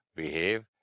behave